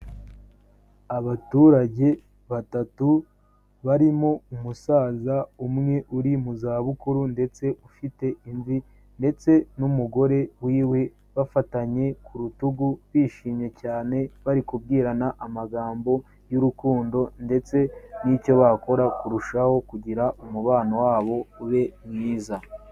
Abaturage batatu barimo umusaza umwe uri mu zabukuru ndetse ufite imvi ndetse n'umugore wiwe bafatanye ku rutugu bishimye cyane, bari kubwirana amagambo y'urukundo ndetse n'icyo bakora kurushaho kugira umubano wabo ube mwiza.